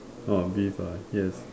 orh beef ah yes